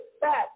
back